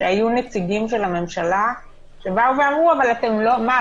שהיו נציגים של הממשלה שבאו ואמרו: מה,